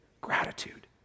gratitude